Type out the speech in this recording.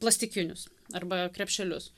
plastikinius arba krepšelius